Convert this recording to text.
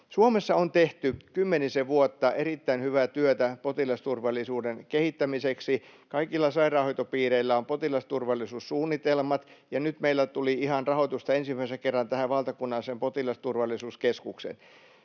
Suomessa on tehty kymmenisen vuotta erittäin hyvää työtä potilasturvallisuuden kehittämiseksi. Kaikilla sairaanhoitopiireillä on potilasturvallisuussuunnitelmat, ja nyt meillä tuli ihan rahoitusta ensimmäisen kerran tähän valtakunnalliseen potilasturvallisuuskeskukseen.